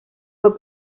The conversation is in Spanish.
fue